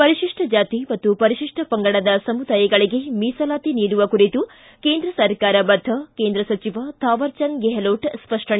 ಪರಿಶಿಷ್ಷ ಜಾತಿ ಮತ್ತು ಪರಿಶಿಷ್ಷ ಪಂಗಡದ ಸಮುದಾಯಗಳಿಗೆ ಮೀಸಲಾತಿ ನೀಡುವ ಕುರಿತು ಕೇಂದ್ರ ಸರ್ಕಾರ ಬದ್ದ ಕೇಂದ್ರ ಸಚಿವ ಥಾವರ್ಚಂದ್ ಗೆಹ್ಲೊಟ್ ಸ್ಪಷ್ಟನೆ